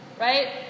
Right